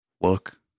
look